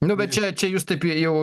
nu bet čia čia jūs taip jau